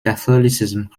catholicism